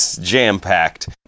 jam-packed